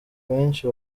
benshi